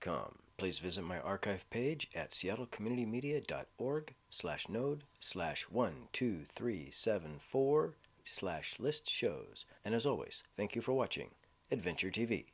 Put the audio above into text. com please visit my archive page at seattle community media dot org slash node slash one two three seven four slash list shows and as always thank you for watching adventure t